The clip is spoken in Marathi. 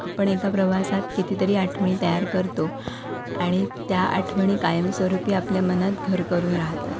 आपण एका प्रवासात कितीतरी आठवणी तयार करतो आणि त्या आठवणी कायमस्वरूपी आपल्या मनात घर करून राहतात